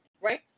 right